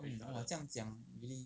mm mm 这样讲 really